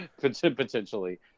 Potentially